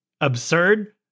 absurd